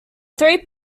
three